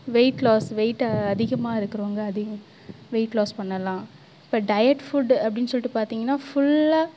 wait loss வெயிட்டை அதிகமாக இருக்கிறவங்க அதிக வெயிட் லாஸ் பண்ணலாம் இப்போ டயட் ஃபுட்டு அப்படின்னு சொல்லிட்டு பார்த்திங்கன்னா ஃபுல்லாக